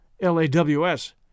LAWS